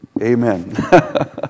Amen